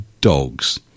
dogs